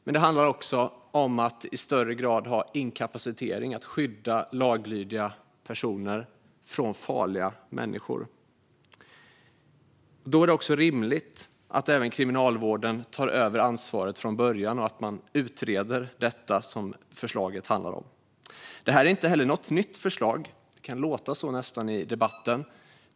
Men det handlar också om att i högre grad ha inkapacitering, att skydda laglydiga personer från farliga människor. Då är det också rimligt att Kriminalvården tar över ansvaret från början och att man utreder detta som förslaget handlar om. Det här är inte något nytt förslag - det kan nästan låta så i debatten.